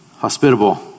hospitable